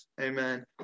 Amen